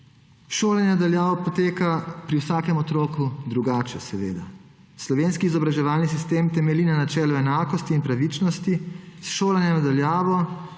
Šola na daljavo poteka pri vsakem otroku drugače, seveda. Slovenski izobraževalni sistem temelji na načelu enakosti in pravičnosti, s šolanjem na daljavo